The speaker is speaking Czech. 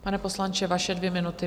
Pane poslanče, vaše dvě minuty.